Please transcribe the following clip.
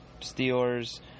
Steelers